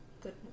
Good